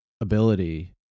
ability